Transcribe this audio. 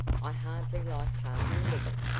i hardly like parting with it.